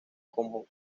como